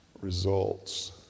results